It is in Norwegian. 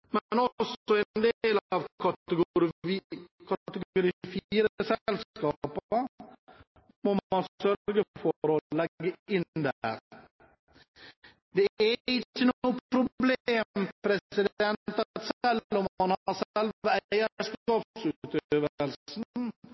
må man sørge for å legge inn der. Det er ikke noe problem at